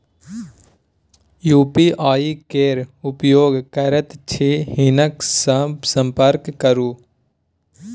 UPI केर उपयोग करैत छी हिनका सँ संपर्क करु